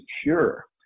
secure